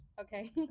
Okay